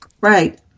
Right